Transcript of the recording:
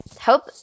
hope